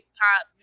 pop